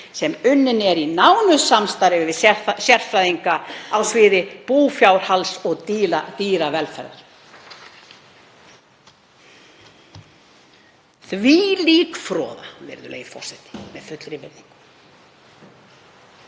sem unnin er í nánu samstarfi við sérfræðinga á sviði búfjárhalds og dýravelferðar.“ — Þvílík froða, virðulegi forseti, með fullri virðingu.